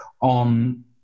on